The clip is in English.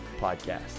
podcast